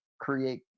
create